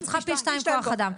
אני צריכה פי 2 כוח אדם.